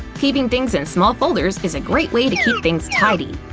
keeping things in small folders is a great way to keep things tidy.